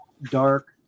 dark